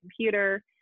computer